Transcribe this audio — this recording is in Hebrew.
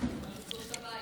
אפשר לסגור את הבית